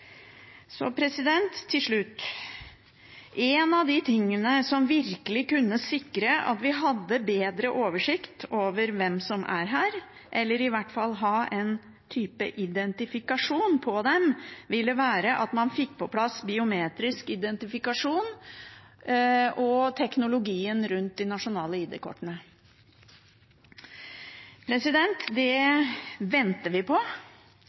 Til slutt: En av de tingene som virkelig kunne sikre at vi hadde bedre oversikt over hvem som er her, eller i hvert fall ha en type identifikasjon av dem, ville være at man fikk på plass biometrisk identifikasjon og teknologien rundt de nasjonale ID-kortene. Det venter vi på,